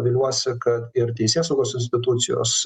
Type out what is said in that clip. viliuosi kad ir teisėsaugos institucijos